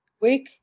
Week